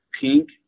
pink